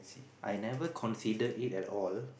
I never considered it at all